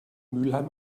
mülheim